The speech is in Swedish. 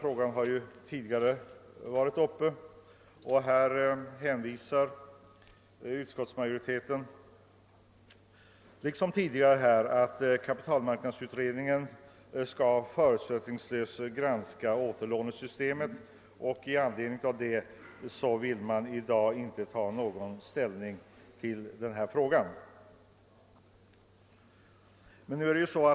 Frågan har tidigare varit uppe till behandling i riksdagen, och utskottsmajoriteten hänvisar liksom föregående år till att kapitalmarknadsutredningen förutsättningslöst kommer att granska återlånesystemet och vill med anledning härav inte nu ta ställning i frågan.